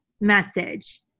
message